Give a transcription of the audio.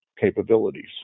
capabilities